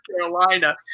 Carolina